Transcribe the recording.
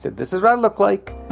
this is what i look like.